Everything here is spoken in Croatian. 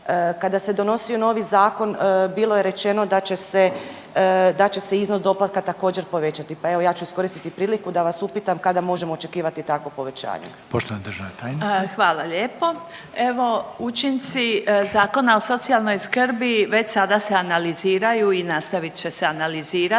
Kada se donosio novi zakon bilo je rečeno da će se iznos doplatka također povećati, pa evo ja ću iskoristiti priliku da vas upitam kada možemo očekivati takvo povećanje? **Reiner, Željko (HDZ)** Poštovana državna tajnice. **Pletikosa, Marija** Hvala lijepo. Evo učinci Zakona o socijalnoj skrbi već sada se analiziraju i nastavit će se analizirati.